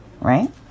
right